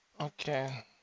Okay